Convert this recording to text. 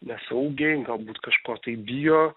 nesaugiai galbūt kažko tai bijo